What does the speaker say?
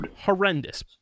horrendous